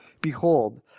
behold